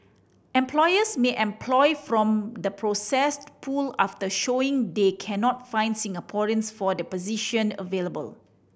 employers may employ from the processed pool after showing they cannot find Singaporeans for the position available